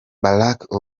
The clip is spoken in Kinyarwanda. barack